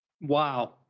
wow